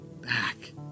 back